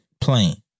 plain